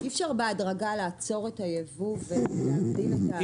אי אפשר בהדרגה לעצור את הייבוא ולהגדיל את הייצור המקומי?